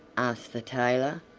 asked the tailor.